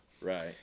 Right